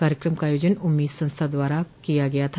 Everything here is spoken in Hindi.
कार्यक्रम का आयोजन उम्मीद संस्था द्वारा किया गया था